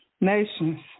nations